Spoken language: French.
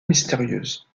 mystérieuse